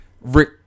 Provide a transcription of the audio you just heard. Rick